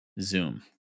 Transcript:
Zoom